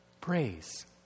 Praise